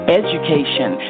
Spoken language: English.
education